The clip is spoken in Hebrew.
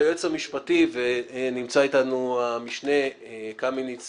שליועץ המשפטי ונמצא אתנו המשנה קמיניץ